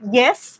yes